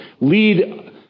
lead